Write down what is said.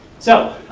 so,